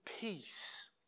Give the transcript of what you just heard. peace